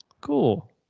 cool